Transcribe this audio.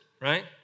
right